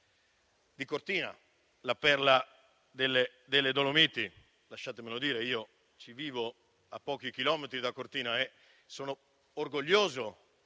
di Cortina, la perla delle Dolomiti. Lasciatemelo dire: io vivo a pochi chilometri da Cortina e sono orgoglioso